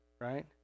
right